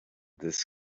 this